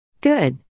Good